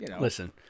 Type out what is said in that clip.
Listen